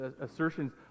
assertions